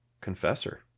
confessor